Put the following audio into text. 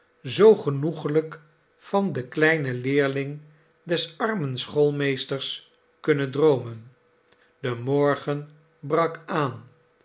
zoo genoeglijk van den kleinen leerling des armen schoolmeesters kunnen droomen de morgen brak aan